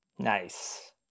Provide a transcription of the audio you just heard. Nice